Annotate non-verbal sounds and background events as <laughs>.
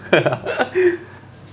<laughs>